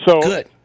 Good